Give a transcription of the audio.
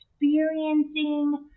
experiencing